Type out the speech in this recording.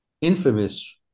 infamous